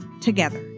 together